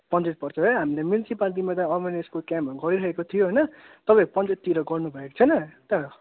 पञ्चायत पर्छ है हामीले म्युनिसिप्यालिटीमा त अवेरनेसको क्याम्पहरू गरिरहेको थियौँ होइन तपाईँहरू पञ्चायततिर गर्नुभएको छैन